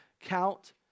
count